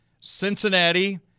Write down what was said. Cincinnati